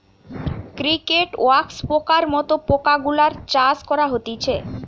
cricket, wax পোকার মত পোকা গুলার চাষ করা হতিছে